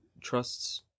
trusts